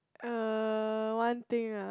uh one thing ah